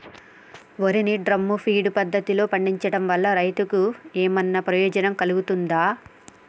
వరి ని drum feed పద్ధతిలో పండించడం వల్ల రైతులకు ఏమన్నా ప్రయోజనం కలుగుతదా?